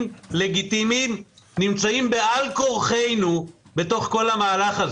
לגיטימיים נמצאים בעל כורחנו בתוך כל המהלך הזה.